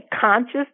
conscious